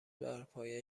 برپایه